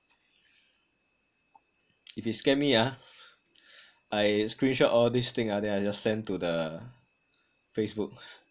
if he scam me ah I screenshot all this thing ah then I just send to the Facebook